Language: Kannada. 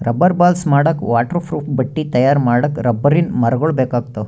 ರಬ್ಬರ್ ಬಾಲ್ಸ್ ಮಾಡಕ್ಕಾ ವಾಟರ್ ಪ್ರೂಫ್ ಬಟ್ಟಿ ತಯಾರ್ ಮಾಡಕ್ಕ್ ರಬ್ಬರಿನ್ ಮರಗೊಳ್ ಬೇಕಾಗ್ತಾವ